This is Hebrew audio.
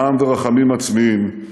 זעם ורחמים עצמיים,